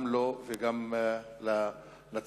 גם לו וגם לנצרת,